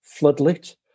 floodlit